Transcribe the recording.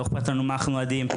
לא אכפת לנו מה אנחנו אוהדים,